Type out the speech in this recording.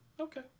Okay